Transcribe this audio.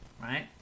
right